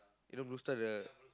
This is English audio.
you know Blue Star the